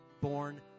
born